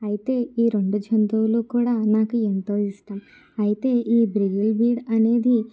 అయితే ఈ రెండు జంతువులు కూడా నాకు ఎంతో ఇష్టం అయితే ఈ బ్రివిల్ బ్రీడ్ అనేది